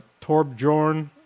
Torbjorn